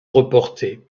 reporté